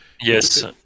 yes